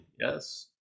Yes